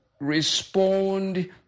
respond